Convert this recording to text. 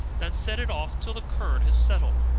then set it off till the curd has settled,